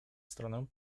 stronę